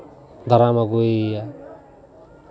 ᱫᱟᱨᱟᱢ ᱟᱹᱜᱩᱭᱮᱭᱟ